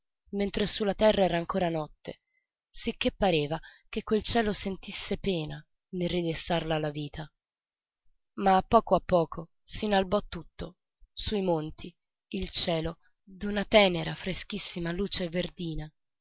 mentre sulla terra era ancor notte sicché pareva che quel cielo sentisse pena a ridestarla alla vita ma a poco a poco s'inalbò tutto su i monti il cielo d'una tenera freschissima luce verdina